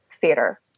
theater